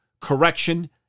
correction